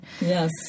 Yes